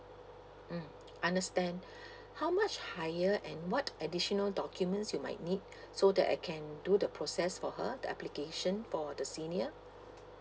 mm understand how much higher and what additional documents you might need so that I can do the process for her the application for the senior